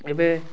ଏବେ